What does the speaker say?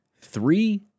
three